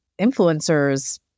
influencers